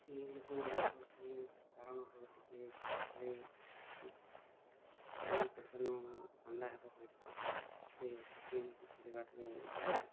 ସେଇ ଲୋକମାନଙ୍କୁ ସେଇ କାରଣରୁ ଟିକେ ଖେଳାଖେଳି ମାଇଣ୍ଡ ପ୍ରେସର୍ ମାନ ଥଣ୍ଡା ହେବା ପାଇଁ ସେ ଗେମ୍କୁ ଖେଳିବା ଟିକେ ଦରକାର୍